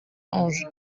ange